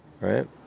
right